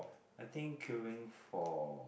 I think queuing for